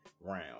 round